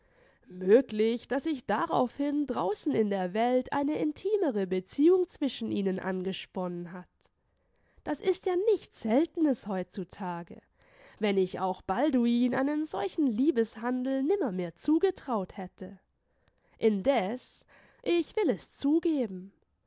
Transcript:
möglich daß sich daraufhin draußen in der welt eine intimere beziehung zwischen ihnen angesponnen hat das ist ja nichts seltenes heutzutage wenn ich auch balduin einen solchen liebeshandel nimmermehr zugetraut hätte indes ich will es zugeben